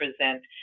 present